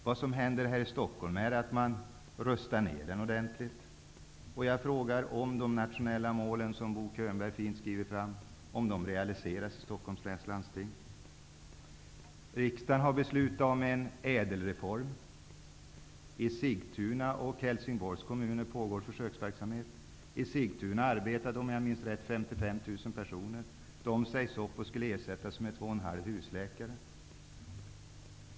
Vad som händer här i Stockholm är att den håller på att rustas ned ordentligt. Jag ställer frågan om de nationella mål som Bo Könberg så fint skriver fram kommer att realiseras i Stockholms läns landsting. Sigtuna och Helsingborgs kommuner pågår försöksverksamhet inom ramen för den. I Sigtuna skall, om jag minns rätt, 55 anställda nu ersättas med 2 1/2 husläkare.